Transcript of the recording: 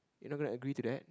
you're not gonna agree to that